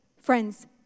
Friends